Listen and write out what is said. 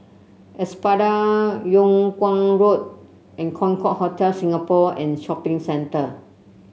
Espada Yung Kuang Road and Concorde Hotel Singapore and Shopping Centre